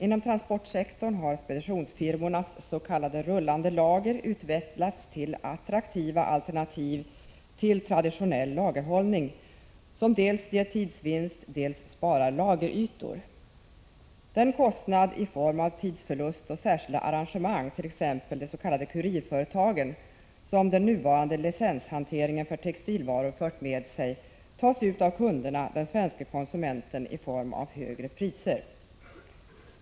Inom transportsektorn har speditionsfirmornas s.k. rullande lager utvecklats till attraktiva alternativ till traditionell lagerhållning som dels ger tidsvinst, dels sparar lagerytor. Den kostnad i form av tidsförlust och särskilda arrangemang, t.ex. de s.k. kurirföretagen, som den nuvarande licenshanteringen för textilvaror fört med sig, tas ut av kunden, den svenske konsumenten, i form av högre priser.